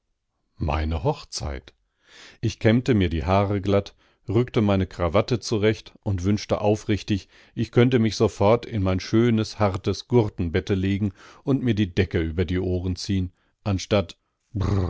meine hochzeit ich kämmte mir die haare glatt rückte meine krawatte zu recht und wünschte aufrichtig ich könnte mich sofort in mein schönes hartes gurtenbette legen und mir die decke aber die ohren ziehen anstatt